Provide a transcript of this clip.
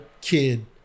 kid